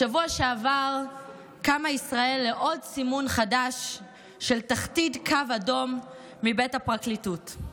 בשבוע שעבר קמה ישראל לעוד סימון חדש של תחתית קו אדום מבית הפרקליטות.